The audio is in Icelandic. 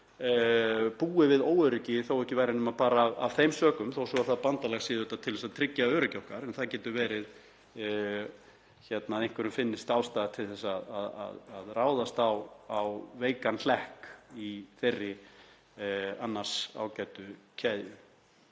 búið við óöryggi, þó ekki væri nema bara af þeim sökum. Þó svo að það bandalag sé til að tryggja öryggi okkar þá getur verið að einhverjum finnist ástæða til að ráðast á veikan hlekk í þeirri annars ágætu keðju.